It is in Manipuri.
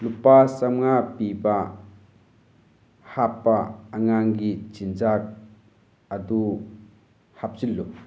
ꯂꯨꯄꯥ ꯆꯝꯃꯉꯥ ꯄꯤꯕ ꯍꯥꯞꯄ ꯑꯉꯥꯡꯒꯤ ꯆꯤꯟꯖꯥꯛ ꯑꯗꯨ ꯍꯥꯞꯆꯤꯜꯂꯨ